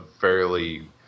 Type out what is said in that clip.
fairly